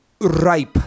ripe